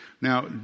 Now